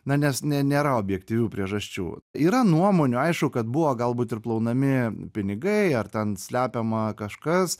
na nes nėra objektyvių priežasčių yra nuomonių aišku kad buvo galbūt ir plaunami pinigai ar ten slepiama kažkas